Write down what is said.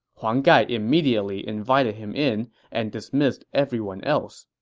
huang gai immediately invited him in and dismissed everyone else.